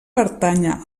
pertànyer